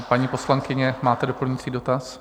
Paní poslankyně, máte doplňující dotaz?